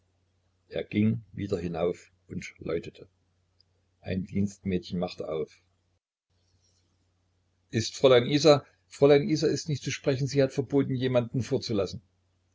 er ging wieder hinauf und läutete ein dienstmädchen machte auf ist fräulein isa fräulein isa ist nicht zu sprechen sie hat verboten jemanden vorzulassen